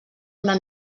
una